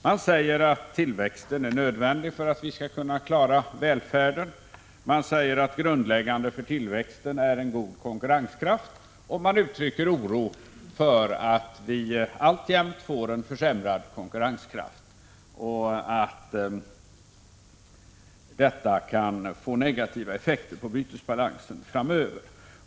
Man säger att tillväxten är nödvändig för att vi skall kunna klara välfärden, man säger att grundläggande för tillväxten är en god konkurrenskraft och man uttrycker oro för att konkurrenskraften kommer att försämras samt att detta kan få negativa effekter på bytesbalansen framöver.